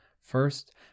First